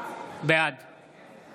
בעד